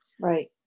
right